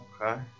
Okay